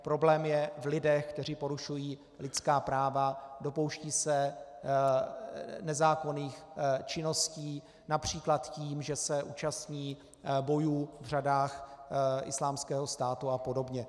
Problém je v lidech, kteří porušují lidská práva, dopouštějí se nezákonných činností, například tím, že se účastní bojů v řadách Islámského státu a podobně.